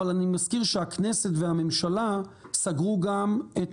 אבל אני מזכיר שהכנסת והממשלה סגרו גם את